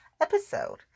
episode